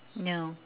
no